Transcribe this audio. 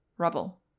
rubble